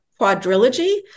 quadrilogy